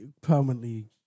permanently